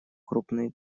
крупные